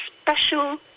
special